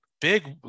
Big